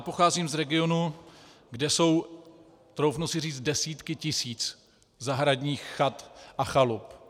Pocházím z regionu, kde jsou, troufnu si říct, desítky tisíc zahradních chat a chalup.